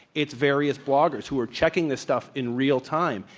it's various bloggers who are checking this stuff in real time,